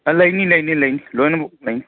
ꯑꯥ ꯂꯩꯅꯤ ꯂꯩꯅꯤ ꯂꯩꯅꯤ ꯂꯣꯏꯅꯃꯛ ꯂꯩꯅꯤ